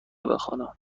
بخوانم